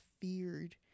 feared